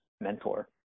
mentor